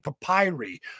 papyri